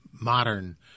modern –